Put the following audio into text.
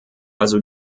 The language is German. also